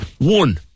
One